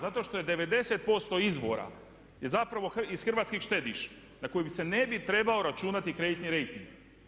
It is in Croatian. Zato što je 90% izvora je zapravo iz hrvatskih štediša na koje se ne bi trebao računati kreditni rejting.